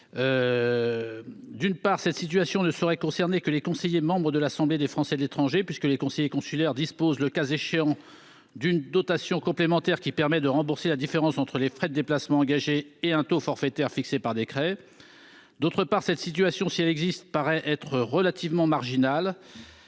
D'une part, cette situation ne saurait concerner que les conseillers membres de l'Assemblée des Français de l'étranger, puisque les conseillers consulaires disposent, le cas échéant, d'une dotation complémentaire qui permet de rembourser la différence entre les frais de déplacement engagés et un taux forfaitaire fixé par décret. D'autre part, cette situation, si elle existe, doit être relativement marginale.